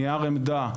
נייר עמדה,